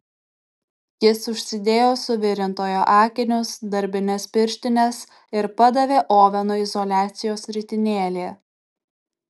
jis užsidėjo suvirintojo akinius darbines pirštines ir padavė ovenui izoliacijos ritinėlį